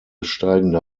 steigende